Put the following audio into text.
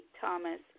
Thomas